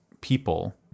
people